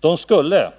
De skulle,